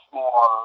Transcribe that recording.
more